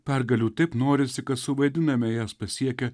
pergalių taip norisi kad suvaidiname jas pasiekę